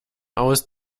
aus